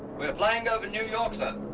we're flying over new york, sir.